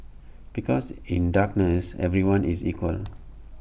because in darkness everyone is equal